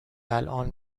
الآن